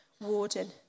warden